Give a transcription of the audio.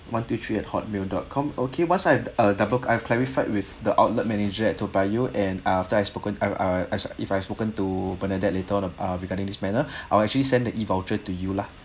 one two three at hotmail dot com okay once I've uh double I've clarified with the outlet manager at Toa Payoh and ah after I spoken I I as if I spoken to bernadette later on ah regarding this manner I will actually send the e voucher to you lah